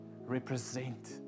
represent